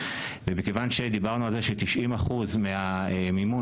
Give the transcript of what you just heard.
ומכיוון שדיברנו על זה ש-90% מהמימון